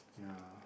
yeah